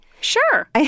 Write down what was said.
Sure